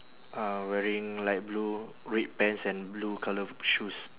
uh wearing light blue red pants and blue colour shoes